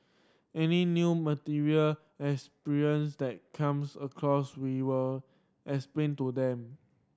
any new material experience that comes across we will explain to them